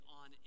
on